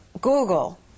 Google